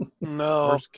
No